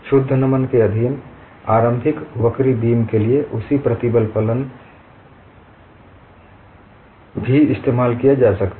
शुद्ध नमन के अधीन आरंभिक वक्री बीम के लिए उसी प्रतिबल फलन भी इस्तेमाल किया जा सकता है